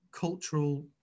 cultural